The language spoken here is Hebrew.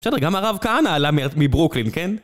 בסדר, גם הרב כהנא עלה מברוקלין, כן?